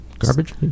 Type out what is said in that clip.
Garbage